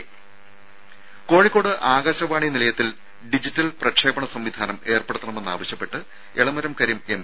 രുര കോഴിക്കോട് ആകാശവാണി നിലയത്തിൽ ഡിജിറ്റൽ പ്രക്ഷേപണ സംവിധാനം ഏർപ്പെടുത്തണമെന്നാവശ്യപ്പെട്ട് എളമരം കരീം എം